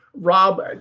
Rob